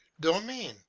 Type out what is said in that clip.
domain